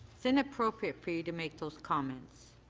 it's inappropriate for you to make those comments.